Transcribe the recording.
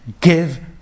give